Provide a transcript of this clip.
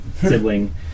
sibling